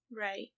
Right